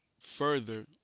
further